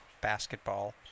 basketball